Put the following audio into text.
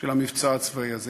של המבצע הצבאי הזה.